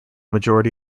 majority